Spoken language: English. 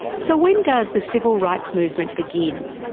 so when does the civil rights movement begin?